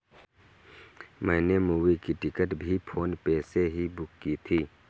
मैंने मूवी की टिकट भी फोन पे से ही बुक की थी